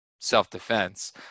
self-defense